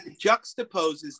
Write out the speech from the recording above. juxtaposes